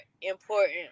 important